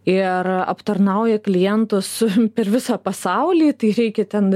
ir aptarnauja klientus per visą pasaulį tai reikia ten